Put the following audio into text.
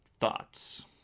thoughts